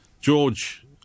George